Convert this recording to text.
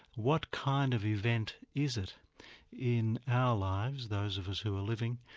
what kind of event is it in our lives, those of us who are living,